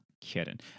kidding